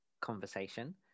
conversation